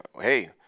Hey